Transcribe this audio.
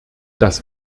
das